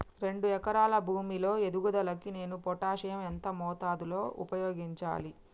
రెండు ఎకరాల భూమి లో ఎదుగుదలకి నేను పొటాషియం ఎంత మోతాదు లో ఉపయోగించాలి?